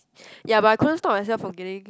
ya but I couldn't stop myself from getting